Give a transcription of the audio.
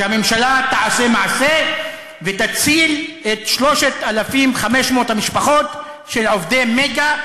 שהממשלה תעשה מעשה ותציל את 3,500 המשפחות של עובדי "מגה".